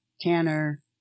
Tanner